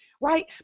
right